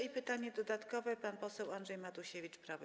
I pytanie dodatkowe - pan poseł Andrzej Matusiewicz, Prawo i